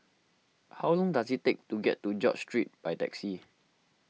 how long does it take to get to George Street by taxi